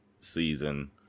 season